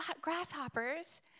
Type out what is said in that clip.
grasshoppers